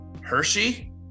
Hershey